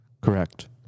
correct